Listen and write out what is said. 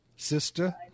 sister